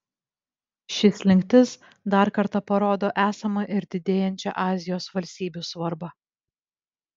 ši slinktis dar kartą parodo esamą ir didėjančią azijos valstybių svarbą